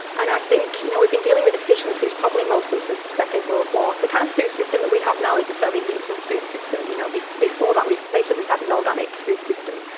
and i think, you know, we've been dealing with efficiencies probably mostly since the second world war. the kind of food system that we have now is a fairly recent food system. you know, before before that we basically had an organic food system.